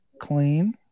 clean